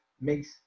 makes